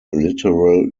literal